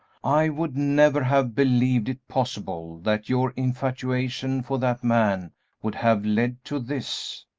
i would never have believed it possible that your infatuation for that man would have led to this.